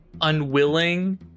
unwilling